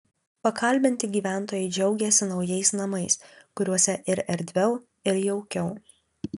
pakalbinti gyventojai džiaugėsi naujais namais kuriuose ir erdviau ir jaukiau